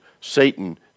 Satan